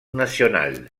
national